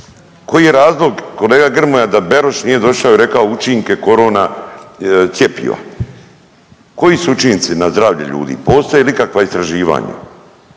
Koji je razlog kolega Grmoja da Beroš nije došao i rekao učinke corona cjepiva. Koji su učinci na zdravlje ljudi? Postoje li ikakva istraživanja?